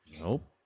Nope